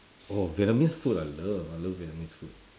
oh vietnamese food I love I love vietnamese food